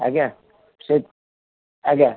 ଆଜ୍ଞା ସେ ଆଜ୍ଞା